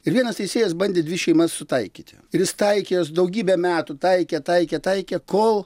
ir vienas teisėjas bandė dvi šeimas sutaikyti ir jis taikė juos daugybę metų taikė taikė taikė kol